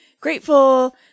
grateful